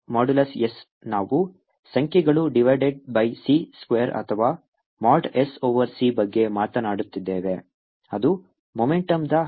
ನಾವು ಸಂಖ್ಯೆಗಳು divided by c square ಅಥವಾ ಮೋಡ್ s ಓವರ್ c ಬಗ್ಗೆ ಮಾತನಾಡುತ್ತಿದ್ದೇವೆ ಅದು ಮೊಮೆಂಟುಮ್ದ ಹರಿವು